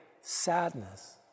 sadness